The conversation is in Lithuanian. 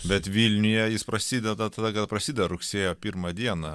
bet vilniuje jis prasideda tada kada prasideda rugsėjo pirmą dieną